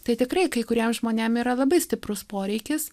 tai tikrai kai kuriem žmonėm yra labai stiprus poreikis